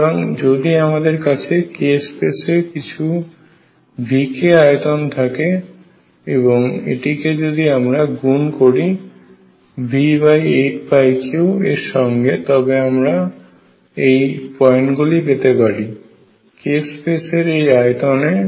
সুতরাং যদি আমাদের কাছে k স্পেসে কিছু Vk আয়তন থাকে এবং এটিকে যদি আমরা গুন করি V83 এর সঙ্গে তবে আমরা এই পয়েন্টগুলি পেতে পারি k স্পেসের এই আয়তনে